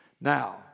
Now